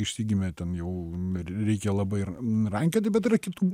išsigimė ten jau reikia labai ir nurankioti bet yra kitų